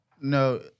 no